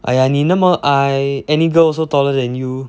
!aiya! 你那么矮 any girl also taller than you